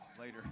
later